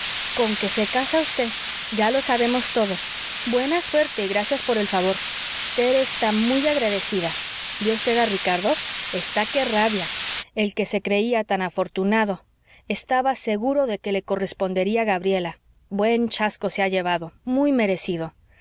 conque se casa usted ya lo sabemos todo buena suerte y gracias por el favor tere está muy agradecida vió usted a ricardo está que rabia el que se creía tan afortunado estaba seguro de que le correspondería gabriela buen chasco se ha llevado muy merecido